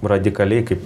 radikaliai kaip